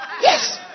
Yes